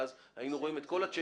כי אז היינו רואים את כל הצ'יינג'ים